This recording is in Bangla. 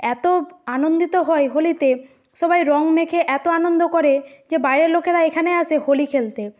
এত আনন্দিত হয় হোলিতে সবাই রঙ মেখে এত আনন্দ করে যে বাইরের লোকেরা এখানে আসে হোলি খেলতে